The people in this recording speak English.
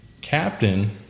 Captain